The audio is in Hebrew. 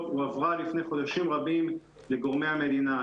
הועברה לפני חודשים רבים לגורמי המדינה,